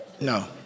No